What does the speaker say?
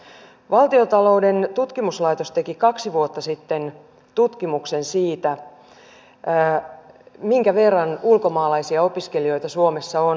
valtion taloudellinen tutkimuskeskus teki kaksi vuotta sitten tutkimuksen siitä minkä verran ulkomaalaisia opiskelijoita suomessa on